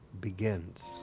begins